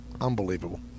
Unbelievable